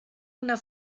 una